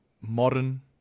modern